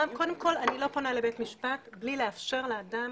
קודם כל אני לא פונה לבית המשפט בלי לאפשר לאדם